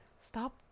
stop